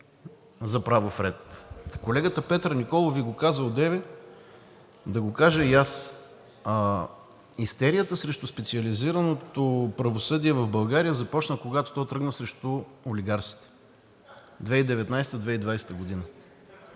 за правов ред. Колегата Петър Николов Ви го каза одеве, да го кажа и аз: истерията срещу специализираното правосъдие в България започна, когато то тръгна срещу олигарсите – 2019 – 2020 г.